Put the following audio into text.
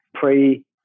Pre